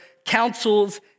Councils